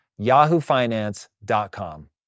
yahoofinance.com